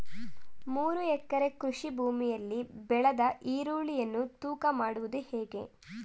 ಮೂರು ಎಕರೆ ಕೃಷಿ ಭೂಮಿಯಲ್ಲಿ ಬೆಳೆದ ಈರುಳ್ಳಿಯನ್ನು ತೂಕ ಮಾಡುವುದು ಹೇಗೆ?